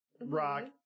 rock